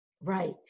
Right